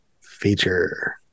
feature